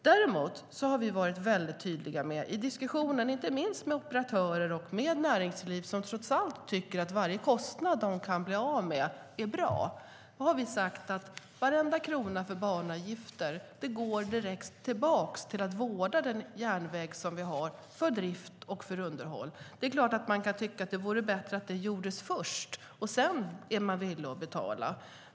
Däremot har vi varit tydliga i diskussionerna med inte minst operatörerna och näringslivet, som tycker att varje kostnad som de kan bli av med är bra, och sagt att varenda krona i banavgift går tillbaka till att vårda den järnväg vi har, till drift och underhåll. Man kan naturligtvis tycka att det vore bättre att det gjordes först, och sedan får man betala.